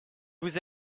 vous